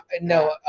no